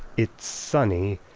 it's sunny.